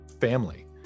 family